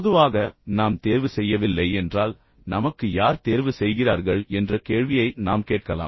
பொதுவாக நாம் தேர்வு செய்யவில்லை என்றால் நமக்கு யார் தேர்வு செய்கிறார்கள் என்ற கேள்வியை நாம் கேட்கலாம்